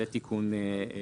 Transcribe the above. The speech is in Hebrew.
זה תיקון אחד.